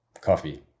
Coffee